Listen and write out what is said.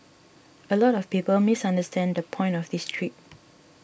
a lot of people misunderstand the point of this trip